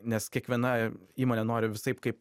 nes kiekviena įmonė nori visaip kaip